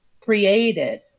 created